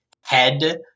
head